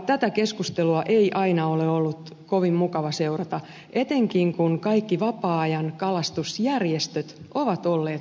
tätä keskustelua ei aina ole ollut kovin mukava seurata etenkään kun kaikki vapaa ajan kalastusjärjestöt ovat olleet kalastusrajoitusten puolella